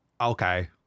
okay